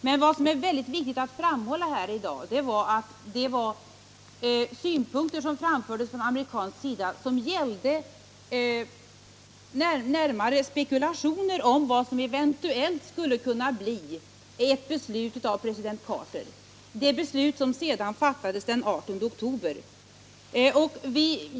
Men vad som är mycket viktigt att framhålla här i dag är de synpunkter som framfördes från amerikansk sida och som gällde spekulationer om något som eventuellt skulle kunna bli ett beslut av president Carter, ett beslut som sedan fattades den 18 oktober.